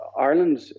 Ireland